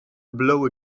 blow